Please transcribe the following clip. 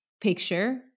picture